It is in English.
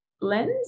lens